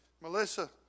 Melissa